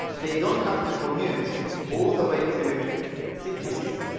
they don't have to commute all the way to cities,